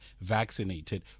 vaccinated